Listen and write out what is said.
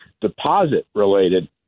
deposit-related